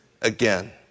again